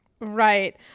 right